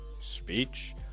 speech